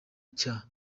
cya